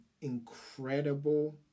incredible